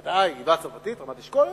ודאי, הגבעה-הצרפתית, רמת-אשכול.